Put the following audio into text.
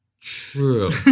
True